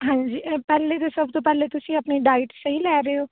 ਹਾਂਜੀ ਪਹਿਲੀ ਤਾਂ ਸਭ ਤੋਂ ਪਹਿਲਾਂ ਤੁਸੀਂ ਆਪਣੀ ਡਾਇਟ ਸਹੀ ਲੈ ਰਹੇ ਹੋ